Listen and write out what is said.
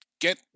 Get